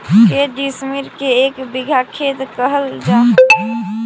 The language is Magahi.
के डिसमिल के एक बिघा खेत कहल जा है?